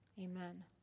Amen